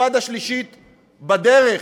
אינתיפאדה שלישית בדרך,